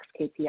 KPI